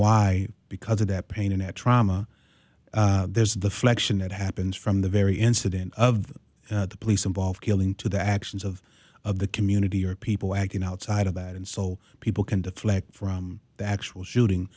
why because of that pain at trauma there's the flexion it happens from the very incident of the police involved killing to the actions of of the community or people acting outside of that and so people can deflect from the actual shooting